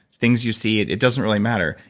things you see, it it doesn't really matter.